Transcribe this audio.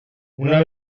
una